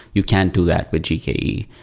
you can't do that with gke.